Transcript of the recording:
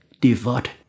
devote